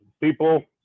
people